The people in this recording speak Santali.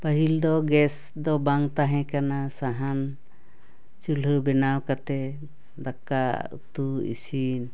ᱯᱟᱹᱦᱤᱞ ᱫᱚ ᱜᱮᱥ ᱫᱚ ᱵᱟᱝ ᱛᱟᱦᱮᱸ ᱠᱟᱱᱟ ᱥᱟᱦᱟᱱ ᱪᱩᱞᱦᱟᱹ ᱵᱮᱱᱟᱣ ᱠᱟᱛᱮ ᱫᱟᱠᱟ ᱩᱛᱩ ᱤᱥᱤᱱ